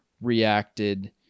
reacted